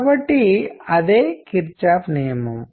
కాబట్టి అదే కిర్చాఫ్ నియమం